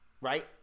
Right